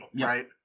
right